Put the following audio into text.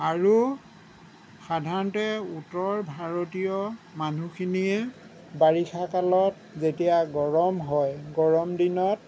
আৰু সাধাৰণতে উত্তৰ ভাৰতীয় মানুহখিনিয়ে বাৰিষা কালত যেতিয়া গৰম হয় গৰম দিনত